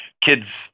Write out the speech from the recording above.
kids